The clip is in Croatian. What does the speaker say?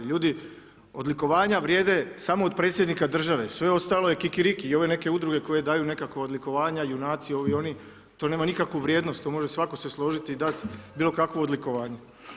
Ljudi, odlikovanja vrijede samo od predsjednika države, sve ostalo je kikiriki i ove neke udruge koje daju nekakva odlikovanja, junaci, ovi, oni, to nema nikakvu vrijednost, to može svatko se složiti i dati bilokakvo odlikovanje.